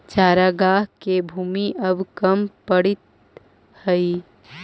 चरागाह के भूमि अब कम पड़ीत हइ